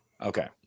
Okay